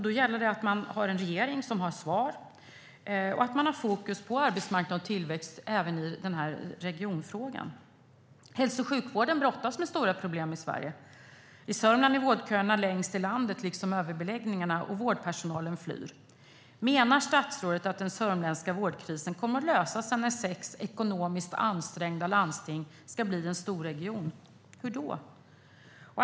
Då gäller det att man har en regering som har svar och att man har fokus på arbetsmarknad och tillväxt även i regionfrågan. Hälso och sjukvården brottas med stora problem i Sverige. I Sörmland är vårdköerna längst i landet, överbeläggningarna är störst, och vårdpersonalen flyr. Menar statsrådet att den sörmländska vårdkrisen kommer att lösa sig när sex ekonomiskt ansträngda landsting ska bli en storregion? Hur då?